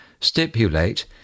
stipulate